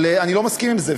אבל אני לא מסכים עם זה.